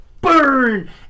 burn